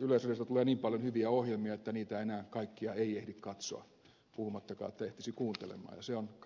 yleisradiosta tulee niin paljon hyviä ohjelmia että niitä kaikkia ei enää ehdi katsoa puhumattakaan että ehtisi kuuntelemaan ja se on kaikki hyvä